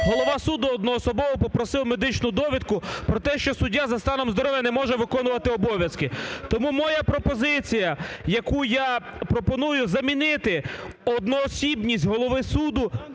голова суду одноособово попросив медичну довідку про те, що суддя за станом здоров'я не може виконувати обов'язки. Тому моя пропозиція, яку я пропоную: замінити одноосібність голови суду